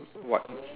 what